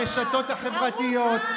ברשתות החברתיות,